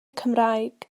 cymraeg